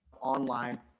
online